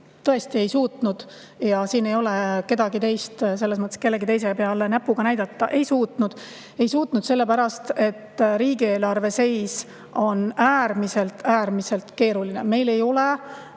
Tõesti ei suutnud ja siin ei ole kedagi teist, kelle peale näpuga näidata. Ei suutnud! Ei suutnud sellepärast, et riigieelarve seis on äärmiselt, äärmiselt keeruline. Meil ei ole